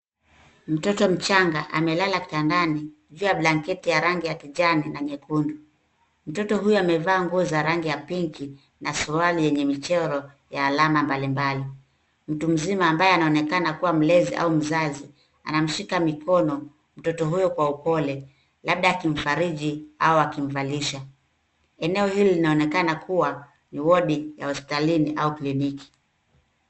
Mtoto mchanga amelala kitandani juu ya blanketi ya rangi ya kijani na nyekundu. Mtoto huyo amevaa nguo za rangi ya pink na suruali yenye michoro ya alama mbalimbali. Mtu mzima ambaye anaonekana kuwa mlezi au mzazi, anamshika mikono mtoto huyo kwa upole, labda akimfariji au akimvalisha. Eneo hili linaonekana kuwa ni wodi ya hospitalini au kliniki.